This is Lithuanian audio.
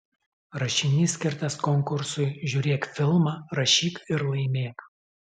rašinys skirtas konkursui žiūrėk filmą rašyk ir laimėk